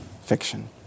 fiction